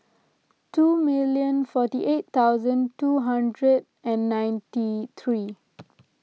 two minute forty eight thousand two hundred and ninety three